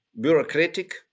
bureaucratic